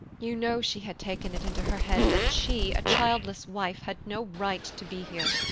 you know she had taken it into her head that she, a childless wife, had no right to be here.